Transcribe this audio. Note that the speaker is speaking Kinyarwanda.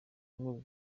n’ubwo